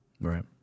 Right